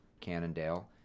Cannondale